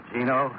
Gino